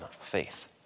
faith